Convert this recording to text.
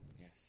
Yes